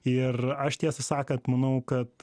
ir aš tiesą sakant manau kad